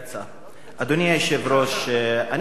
אדוני היושב-ראש, אני חושב שאנחנו